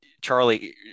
charlie